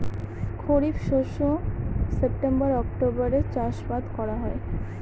খরিফ শস্য কোন ঋতুতে চাষাবাদ করা হয়?